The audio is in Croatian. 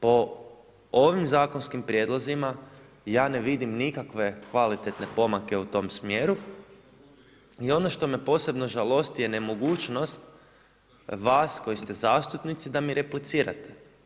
Po ovim zakonskim prijedlozima, ja ne vidim nikakve kvalitetne pomake u tom smjeru i ono što me posebno žalosti je nemogućnost vas koji ste zastupnici da mi replicirate.